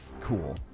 cool